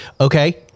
okay